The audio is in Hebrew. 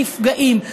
הנפגעים.